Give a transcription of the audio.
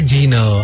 Gino